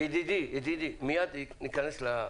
עידן, ידידי, מייד ניכנס לזה.